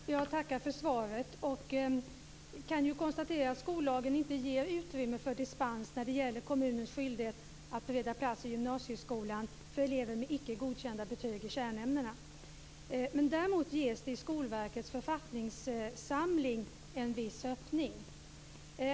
Fru talman! Jag tackar för svaret och kan konstatera att skollagen inte ger utrymme för dispens när det gäller kommunens skyldighet att bereda plats i gymnasieskolan för elever med icke godkända betyg i kärnämnena. Däremot ges det i Skolverkets författningssamling en viss öppning.